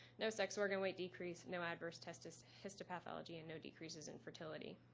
no sex organ weight decrease, no adverse tests histopathology, and no decreases in fertility.